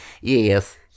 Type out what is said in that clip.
Yes